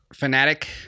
fanatic